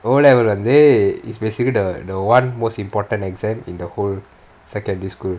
O level வந்து:vanthu is basically the the one most important exam in the whole secondary school